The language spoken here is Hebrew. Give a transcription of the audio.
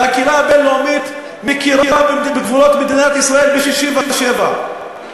והקהילה הבין-לאומית מכירה בגבולות מדינת ישראל מ-67'.